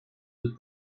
the